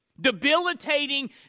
debilitating